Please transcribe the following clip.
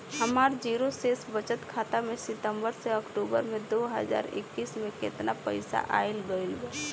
हमार जीरो शेष बचत खाता में सितंबर से अक्तूबर में दो हज़ार इक्कीस में केतना पइसा आइल गइल बा?